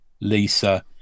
lisa